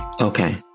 Okay